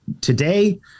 today